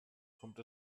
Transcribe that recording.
kommt